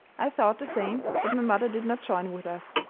i thought the same, but my mother did not join with us.